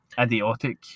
idiotic